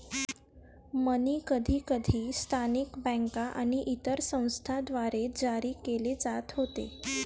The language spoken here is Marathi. मनी कधीकधी स्थानिक बँका आणि इतर संस्थांद्वारे जारी केले जात होते